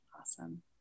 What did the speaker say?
Awesome